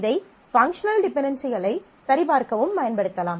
இதை பங்க்ஷனல் டிபென்டென்சிகளைச் சரிபார்க்கவும் பயன்படுத்தலாம்